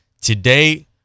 Today